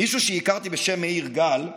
מישהו שהכרתי בשם מאיר גל,